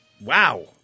Wow